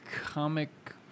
Comic